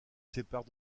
sépare